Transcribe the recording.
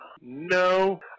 no